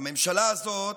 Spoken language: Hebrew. הממשלה הזאת,